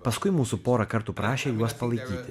paskui mūsų porą kartų prašė juos palaikyti